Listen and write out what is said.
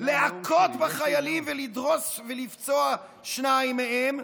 להכות בחיילים ולדרוס ולפצוע שניים מהם.